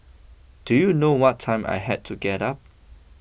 do you know what time I had to get up